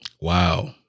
wow